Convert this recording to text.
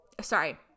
Sorry